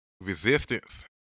resistance